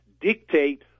dictate